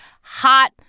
hot